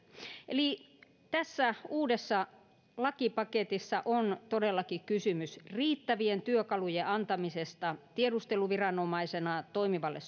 eli tässä uudessa lakipaketissa on todellakin kysymys riittävien työkalujen antamisesta tiedusteluviranomaisena toimivalle